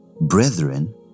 brethren